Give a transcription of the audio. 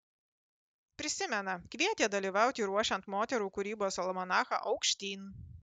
prisimena kvietė dalyvauti ruošiant moterų kūrybos almanachą aukštyn